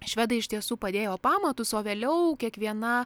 švedai iš tiesų padėjo pamatus o vėliau kiekviena